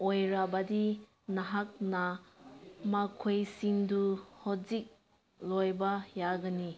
ꯑꯣꯏꯔꯕꯗꯤ ꯅꯍꯥꯛꯅ ꯃꯈꯣꯏꯁꯤꯡꯗꯨ ꯍꯧꯖꯤꯛ ꯂꯧꯕ ꯌꯥꯒꯅꯤ